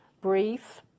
Brief